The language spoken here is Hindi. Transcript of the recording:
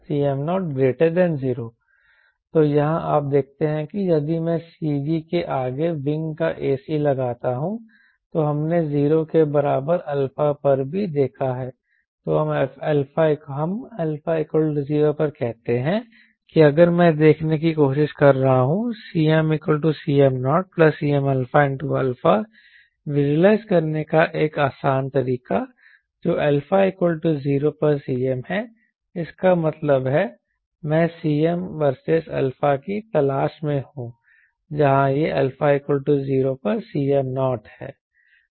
Cm00 तो यहाँ आप देखते हैं यदि मैं CG के आगे विंग का ac लगाता हूं तो हमने 0 के बराबर अल्फा पर भी देखा है तो हम α 0 पर कहते हैं कि अगर मैं देखने की कोशिश कर रहा हूं CmCm0Cmαα विज़ुअलाइज करने का एक आसान तरीका जो α 0 पर Cm है इसका मतलब है मैं Cm वर्सेस α की तलाश में हूं जहां यह α 0 पर Cm0 है